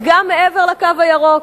גם מעבר ל"קו הירוק".